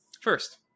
First